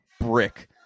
brick